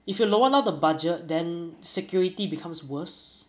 if you lower down the budget then security becomes worse